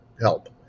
help